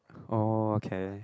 oh okay